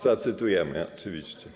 Zacytujemy, oczywiście.